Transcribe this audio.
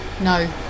No